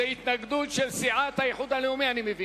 זו התנגדות של סיעת האיחוד הלאומי.